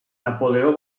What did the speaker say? napoleó